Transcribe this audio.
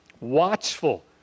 watchful